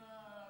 מה,